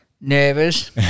Nervous